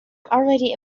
already